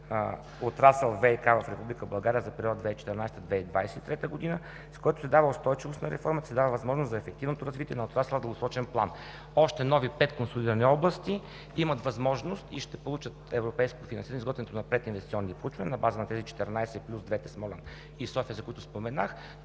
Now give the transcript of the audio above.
отрасъл ВиК в Република България за периода 2014 г. – 2023 г., с който се дава устойчивост на реформата и се дава възможност за ефективното развитие на отрасъла в дългосрочен план. Още нови пет консолидирани области имат възможност и ще получат европейско финансиране за изготвянето на пет инвестиционни проучвания на база на тези 14, плюс двете: Смолян и София, за които споменах,